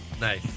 Nice